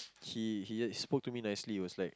he he just he spoke to me nicely was like